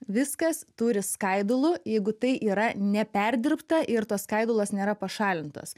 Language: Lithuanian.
viskas turi skaidulų jeigu tai yra neperdirbta ir tos skaidulos nėra pašalintos